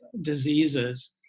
diseases